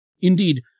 Indeed